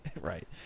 Right